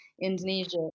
Indonesia